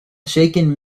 shaken